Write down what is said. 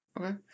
Okay